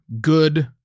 good